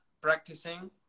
practicing